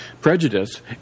prejudice